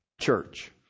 church